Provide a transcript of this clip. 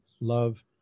love